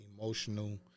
emotional